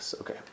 Okay